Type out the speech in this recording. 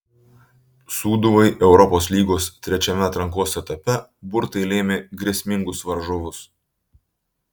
sūduvai europos lygos trečiame atrankos etape burtai lėmė grėsmingus varžovus